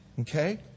Okay